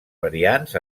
variants